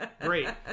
great